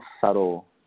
subtle